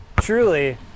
truly